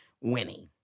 winning